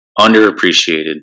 underappreciated